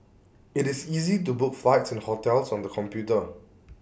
IT is easy to book flights and hotels on the computer